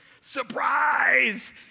Surprise